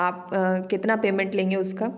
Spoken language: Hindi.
आप अ कितना पेमेंट लेंगे उसका